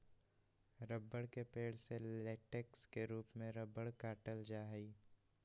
रबड़ के पेड़ से लेटेक्स के रूप में रबड़ काटल जा हई